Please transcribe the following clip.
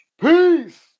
peace